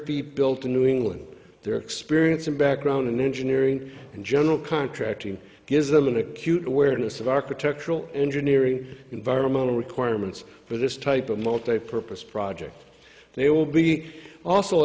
feet built in new england their experience and background in engineering and general contracting gives them an acute awareness of architectural engineering environmental requirements for this type of multipurpose project they will be also